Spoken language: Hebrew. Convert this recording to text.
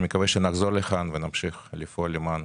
אני מקווה שנחזור לכך ונמשיך לפעול ביחד למען